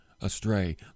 astray